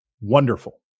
wonderful